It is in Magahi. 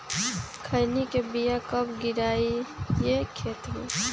खैनी के बिया कब गिराइये खेत मे?